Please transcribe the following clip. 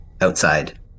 outside